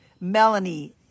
Melanie